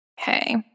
Okay